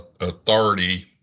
authority